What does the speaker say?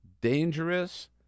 dangerous